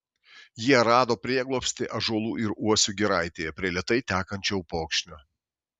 jie rado prieglobstį ąžuolų ir uosių giraitėje prie lėtai tekančio upokšnio